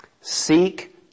seek